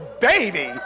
baby